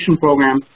program